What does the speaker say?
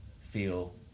feel